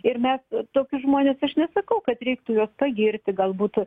ir mes tokius žmones aš nesakau kad reiktų juos pagirti gal būtų